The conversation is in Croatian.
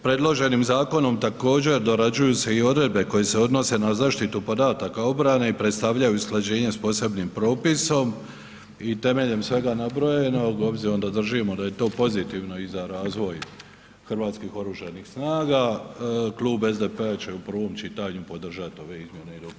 Predloženim zakonom, također dorađuju se i odredbe koje se odnose na zaštitu podataka obrane i predstavljaju usklađenje s posebnim propisom i temeljem svega nabrojenog obzirom da držimo da je to pozitivno i za razvoj oružanih snaga Klub SDP-a će u prvom čitanju podržati ove izmjene i dopune.